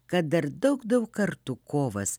kad dar daug daug kartų kovas